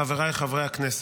חבריי חברי הכנסת,